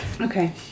okay